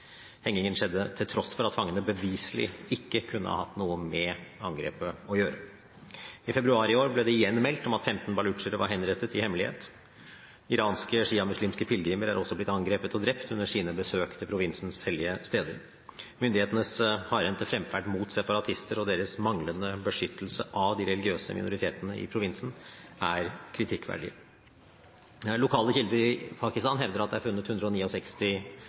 Hengingen skjedde til tross for at fangene beviselig ikke kunne hatt noe med angrepet å gjøre. I februar i år ble det igjen meldt om at 15 balutsjere var henrettet i hemmelighet. Iranske sjiamuslimske pilegrimer er også blitt angrepet og drept under sine besøk til provinsens hellige steder. Myndighetenes hardhendte fremferd mot separatister og deres manglende beskyttelse av de religiøse minoritetene i provinsen er kritikkverdig. Lokale kilder i Pakistan hevder at det er funnet